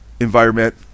environment